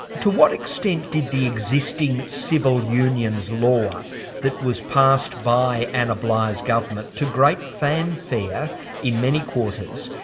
to what extent did the existing civil unions law that was passed by anna bligh's government to great fanfare in many quarters,